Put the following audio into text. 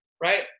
right